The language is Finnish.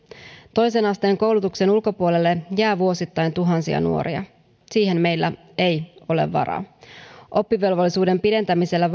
toisen asteen koulutuksen ulkopuolelle jää vuosittain tuhansia nuoria siihen meillä ei ole varaa oppivelvollisuuden pidentämisellä